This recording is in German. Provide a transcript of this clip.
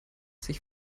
sich